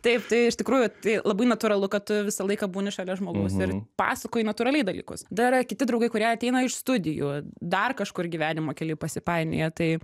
taip tai iš tikrųjų tai labai natūralu kad tu visą laiką būni šalia žmogaus ir pasakoji natūraliai dalykus dar yra kiti draugai kurie ateina iš studijų dar kažkur gyvenimo kely pasipainioja tai